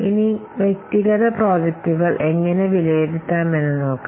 ഇനി വ്യക്തിഗത പ്രോജക്റ്റുകൾ എങ്ങനെ വിലയിരുത്താമെന്ന് നോക്കാം